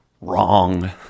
Wrong